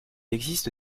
existe